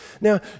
Now